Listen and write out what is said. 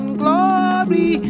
glory